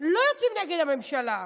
לא יוצאים נגד הממשלה.